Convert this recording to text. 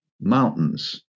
mountains